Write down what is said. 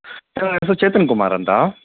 sir ನನ್ನೆಸರು ಚೇತನ್ ಕುಮಾರ್ ಅಂತ